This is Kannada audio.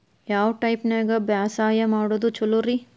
ಯಾವ ಟೈಪ್ ನ್ಯಾಗ ಬ್ಯಾಸಾಯಾ ಮಾಡೊದ್ ಛಲೋರಿ?